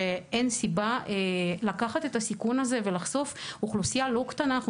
כשאין סיבה לקחת את הסיכון הזה ולחשוף אוכלוסייה לא קטנה לסיכון הזה.